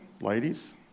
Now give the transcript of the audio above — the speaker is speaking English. ladies